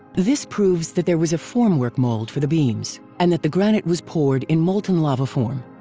this proves that there was a formwork mold for the beams and that the granite was poured in molten lava form.